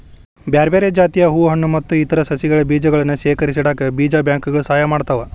ಬ್ಯಾರ್ಬ್ಯಾರೇ ಜಾತಿಯ ಹೂ ಹಣ್ಣು ಮತ್ತ್ ಇತರ ಸಸಿಗಳ ಬೇಜಗಳನ್ನ ಶೇಖರಿಸಿಇಡಾಕ ಬೇಜ ಬ್ಯಾಂಕ್ ಗಳು ಸಹಾಯ ಮಾಡ್ತಾವ